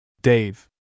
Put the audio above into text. Dave